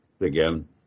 again